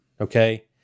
okay